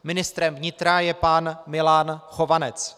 Ministrem vnitra je pan Milan Chovanec.